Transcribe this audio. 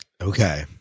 Okay